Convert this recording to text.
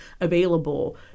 available